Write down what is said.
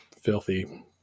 filthy